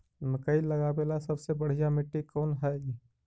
मकई लगावेला सबसे बढ़िया मिट्टी कौन हैइ?